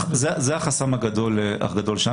זה החסם הגדול שלנו.